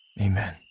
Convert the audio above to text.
amen